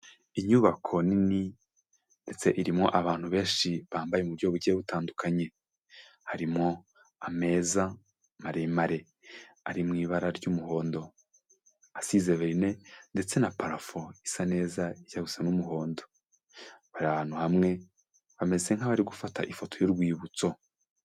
Inyubako nini ndetse irimo abantu benshi bambaye mu buryo bugiye butandukanye, harimo ameza maremare ari mu ibara ry'umuhondo asize verine ndetse na parafo isa neza ijya gusa n'umuhondo, bari ahantu hamwe bameze nka bari gufata ifoto y'urwibutso.